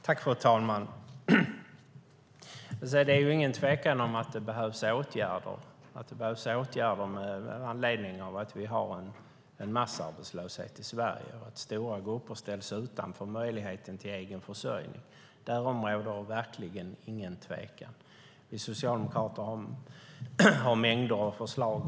Fru talman! Det är ingen tvekan om att det behövs åtgärder med anledning av att vi har en massarbetslöshet i Sverige och att stora grupper ställs utanför möjligheten till egen försörjning. Därom råder det verkligen ingen tvekan. Vi socialdemokrater har mängder av förslag.